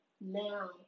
now